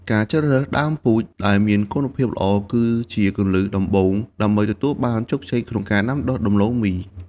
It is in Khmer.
ការជ្រើសរើសដើមពូជដែលមានគុណភាពល្អ គឺជាគន្លឹះដំបូងដើម្បីទទួលបានជោគជ័យក្នុងការដាំដុះដំឡូងមី។